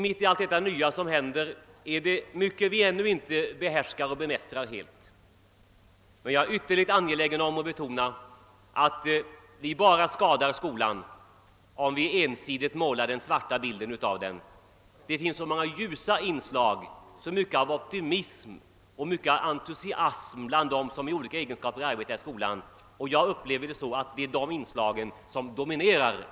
Mitt i alit detta nya som händer är det mycket vi inte behärskar eller helt bemästrar. Jag är ytterligt angelägen att betona att vi bara skadar skolan om vi ensidigt målar upp en svart bild av den. Det finns så många ljusa inslag, så mycket av optimism och entusiasm bland dem som i olika egenskaper arbetar i skolan, och jag upple ver det så att det trots allt är de inslagen som dominerar.